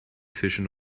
fischen